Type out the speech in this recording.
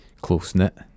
close-knit